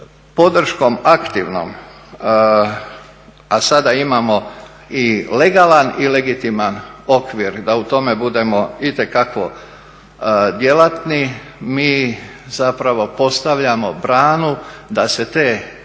podrškom aktivnom, a sada imamo i legalan i legitiman okvir da u tome budemo itekako djelatni, mi zapravo postavljamo branu da se te